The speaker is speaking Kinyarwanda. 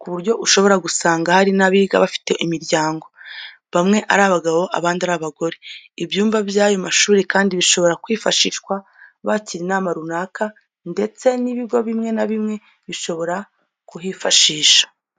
ku buryo ushobora gusanga hari n'abiga bafite imiryango, bamwe ari abagabo abandi ari abagore. Ibyumba by'ayo mashuri kandi bishobora kwifashishwa bakira inama runaka ndetse n'ibigo bimwe na bimwe bishobora kuhifashisha.